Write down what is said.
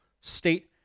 state